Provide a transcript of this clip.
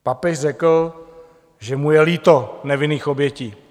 Papež řekl, že mu je líto nevinných obětí.